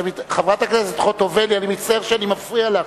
חברת הכנסת חוטובלי, אני מצטער שאני מפריע לך,